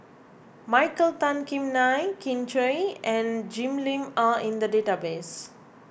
Michael Tan Kim Nei Kin Chui and Jim Lim are in the database